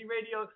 Radio